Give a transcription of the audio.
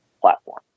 platform